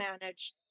manage